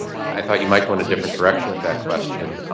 i thought you might go in a different direction with that question.